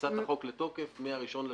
כניסת החוק לתוקף מה-1.6.19.